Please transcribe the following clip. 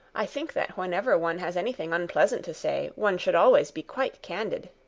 i think that whenever one has anything unpleasant to say, one should always be quite candid.